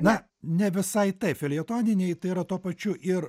na ne visai taip feljetoniniai tai yra tuo pačiu ir